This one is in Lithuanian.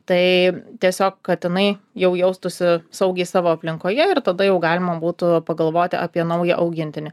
tai tiesiog katinai jau jaustųsi saugiai savo aplinkoje ir tada jau galima būtų pagalvoti apie naują augintinį